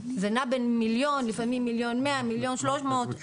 זה נע בין מיליון לפעמים 1.1-1.3 מיליון,